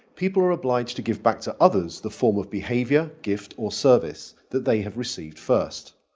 people are obliged to give back to others the form of behavior, gift, or service that they have received first.